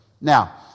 now